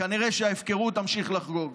כנראה שההפקרות תמשיך לחגוג.